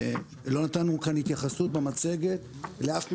לא נתנו כאן התייחסות במצגת לאף מגזר,